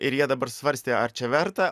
ir jie dabar svarstė ar čia verta